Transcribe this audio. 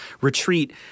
retreat